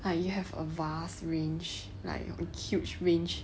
and you have a vast range like a huge range